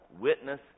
witness